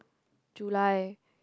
July